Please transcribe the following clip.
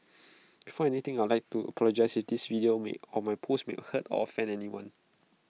before anything I would like to apologise if this video or my post may hurt or offend anyone